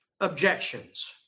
objections